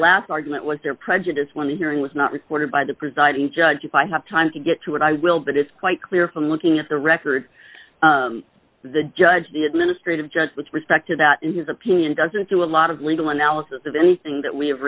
last argument was there prejudice when the hearing was not reported by the presiding judge if i have time to get to it i will but it's quite clear from looking at the record the judge the administrative judge with respect to that in his opinion doesn't do a lot of legal analysis of anything that we have